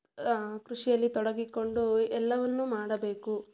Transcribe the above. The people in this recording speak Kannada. ಕೃಷಿಯಲ್ಲಿ ತೊಡಗಿಕೊಂಡು ಎಲ್ಲವನ್ನು ಮಾಡಬೇಕು